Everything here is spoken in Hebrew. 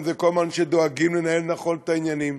זה שדואגים כל הזמן לנהל נכון את העניינים?